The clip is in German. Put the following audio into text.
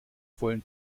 vollen